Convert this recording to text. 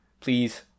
Please